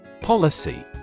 Policy